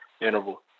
interval